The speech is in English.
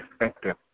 effective